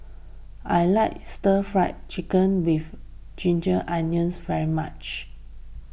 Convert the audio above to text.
I like Stir Fry Chicken with Ginger Onions very much